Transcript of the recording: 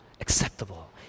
acceptable